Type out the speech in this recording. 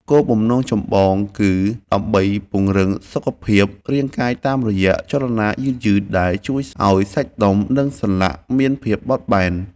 គោលបំណងចម្បងគឺដើម្បីពង្រឹងសុខភាពរាងកាយតាមរយៈចលនាយឺតៗដែលជួយឱ្យសាច់ដុំ និងសន្លាក់មានភាពបត់បែន។